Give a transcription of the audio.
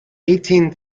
eighteen